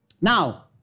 Now